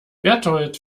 bertold